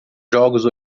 jogos